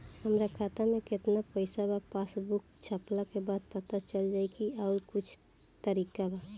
हमरा खाता में केतना पइसा बा पासबुक छपला के बाद पता चल जाई कि आउर कुछ तरिका बा?